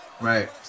Right